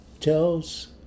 tells